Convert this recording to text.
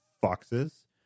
foxes